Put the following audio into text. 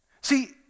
See